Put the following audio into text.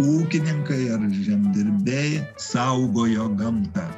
ūkininkai ar žemdirbiai saugojo gamtą